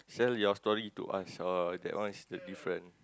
sell your story to us or that one is the different